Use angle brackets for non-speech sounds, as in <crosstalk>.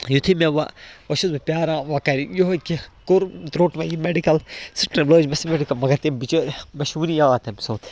یُتھٕے مےٚ وۄنۍ وۄنۍ چھُس بہٕ پیٛاران وۄنۍ کَرِ یِہوٚے کیٚنٛہہ کوٚرُم روٚٹ مےٚ یہِ مِڈِکل سِٹرٛیٖم لٔج مےٚ <unintelligible> مگر تٔمۍ بِچٲرۍ مےٚ چھُ وٕنہِ یاد تٔمۍ سُنٛد